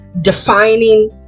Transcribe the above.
defining